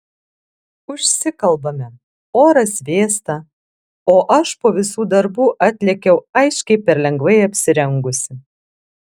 užsikalbame oras vėsta o aš po visų darbų atlėkiau aiškiai per lengvai apsirengusi